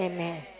Amen